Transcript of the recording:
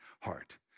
heart